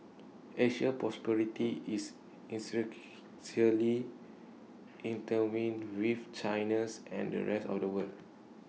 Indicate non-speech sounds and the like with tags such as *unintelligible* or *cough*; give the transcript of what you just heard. Asia's prosperity is *unintelligible* intertwined with China's and the rest of the world